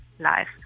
life